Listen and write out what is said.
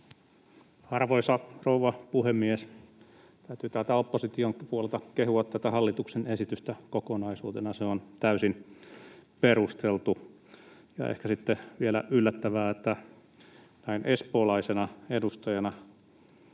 Arvoisa rouva puhemies! Täytyy täältä oppositionkin puolelta kehua tätä hallituksen esitystä kokonaisuutena. Se on täysin perusteltu. Ja ehkä sitten vielä on yllättävää, että näin espoolaisena edustajana